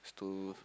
lepas itu